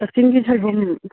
ꯀꯛꯆꯤꯡꯒꯤ ꯁꯣꯏꯕꯨꯝ